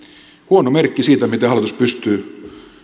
huono merkki siitä miten hallitus pystyy